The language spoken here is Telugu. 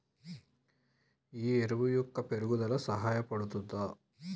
ఈ ఎరువు మొక్క పెరుగుదలకు సహాయపడుతదా?